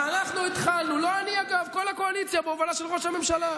הוא הבין הרי שלפתור את בעיית מחירי הדיור בישראל זה היצע וביקוש,